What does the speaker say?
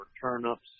turnips